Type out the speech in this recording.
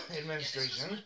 administration